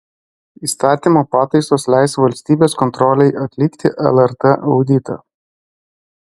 įstatymo pataisos leis valstybės kontrolei atlikti lrt auditą